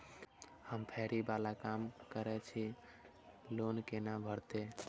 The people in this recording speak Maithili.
हम फैरी बाला काम करै छी लोन कैना भेटते?